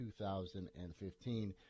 2015